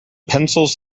pencils